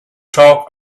talk